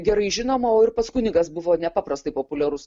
gerai žinoma o ir pats kunigas buvo nepaprastai populiarus